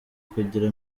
kugira